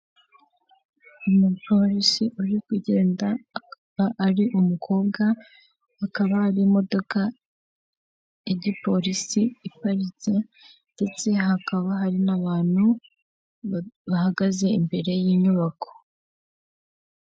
Umupolisi uri kugenda akaba ari umukobwa, akaba hari imodoka ya gipolisi iparitse, ndetse hakaba hari n'abantu bahagaze imbere y'inyubako.